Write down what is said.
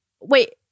wait